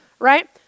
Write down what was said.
right